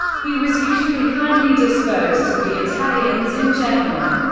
he was usually kindly disposed to the italians in general.